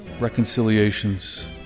reconciliations